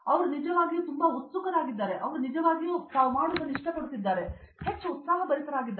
ಅವರು ನಿಜವಾಗಿಯೂ ತುಂಬಾ ಉತ್ಸುಕರಾಗಿದ್ದಾರೆ ಅವರು ನಿಜವಾಗಿಯೂ ಇಷ್ಟಪಡುತ್ತಿದ್ದಾರೆ ಮತ್ತು ಅವರು ಹೆಚ್ಚು ಉತ್ಸಾಹಭರಿತರಾಗಿದ್ದಾರೆ